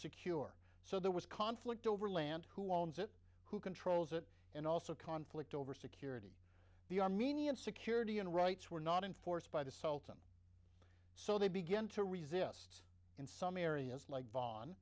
secure so there was conflict over land who owns it who controls it and also conflict over security the armenian security and rights were not enforced by the sultan so they begin to resist in some areas like von